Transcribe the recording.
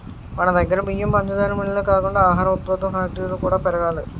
మనదగ్గర బియ్యం, పంచదార మిల్లులే కాకుండా ఆహార ఉత్పత్తుల ఫ్యాక్టరీలు కూడా పెరగాలి